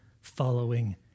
following